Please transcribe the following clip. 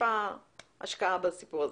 טיפת השקעה בסיפור הזה.